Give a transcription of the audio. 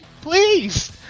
please